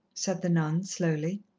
said the nun slowly.